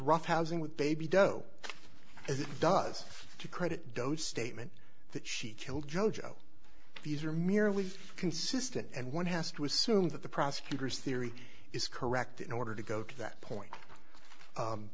roughhousing with baby doe as it does you credit those statement that she killed joe joe these are merely consistent and one has to assume that the prosecutor's theory is correct in order to go to that point